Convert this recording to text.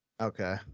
Okay